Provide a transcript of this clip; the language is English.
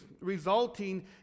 resulting